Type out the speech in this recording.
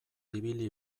ibili